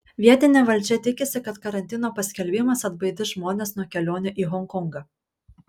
vietinė valdžia tikisi kad karantino paskelbimas atbaidys žmones nuo kelionių į honkongą